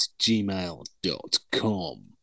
gmail.com